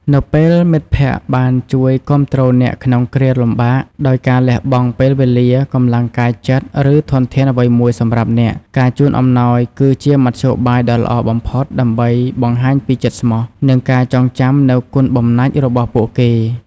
នៅពេលមិត្តភក្តិបានជួយគាំទ្រអ្នកក្នុងគ្រាលំបាក ដោយការលះបង់ពេលវេលា កម្លាំងកាយចិត្ត ឬធនធានអ្វីមួយសម្រាប់អ្នក ការជូនអំណោយគឺជាមធ្យោបាយដ៏ល្អបំផុតដើម្បីបង្ហាញពីចិត្តស្មោះ និងការចងចាំនូវគុណបំណាច់របស់ពួកគេ។